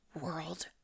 world